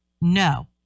No